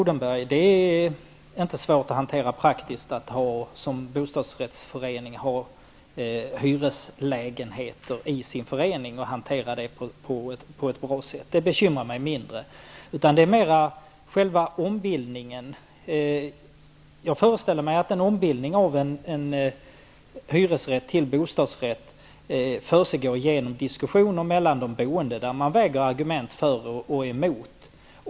Herr talman! I det sista instämmer jag med Mikael Odenberg. Det är inte svårt att som bostadsrättsförening ha hyreslägenheter i sin förening och praktiskt hantera det på ett bra sätt. Det bekymrar mig mindre. Det är mer själva ombildningen jag talar om. Jag föreställer mig att en ombildning av en hyresrätt till bostadsrätt försiggår genom diskussioner mellan de boende, där man väger argument för och emot.